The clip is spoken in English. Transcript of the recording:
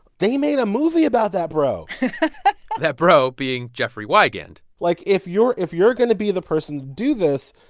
they made a movie about that bro that bro being jeffrey wigand like if you're if you're going to be the person to do this,